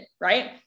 right